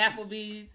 Applebee's